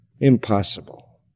Impossible